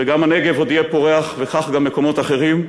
וגם הנגב עוד יהיה פורח וכך גם מקומות אחרים,